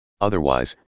Otherwise